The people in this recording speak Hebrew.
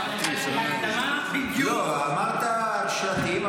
אבל בהקדמה בדיוק --- אמרת "שלטים",